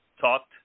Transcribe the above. talked